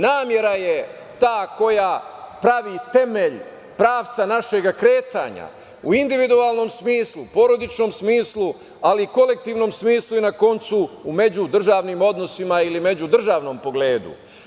Namera je ta koja pravi temelj pravca našeg kretanja u individualnom smislu, porodičnom smislu, ali kolektivnom smislu i na koncu u međudržavnim odnosima ili međudržavnom pogledu.